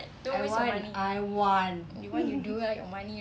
I want I want